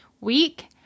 week